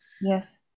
Yes